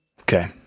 Okay